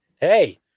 Hey